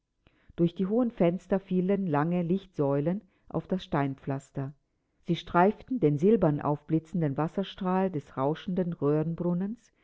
durch die hohen fenster fielen lange lichtsäulen auf das steinpflaster sie streiften den silbern aufblitzenden wasserstrahl des rauschenden